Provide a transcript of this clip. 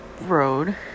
road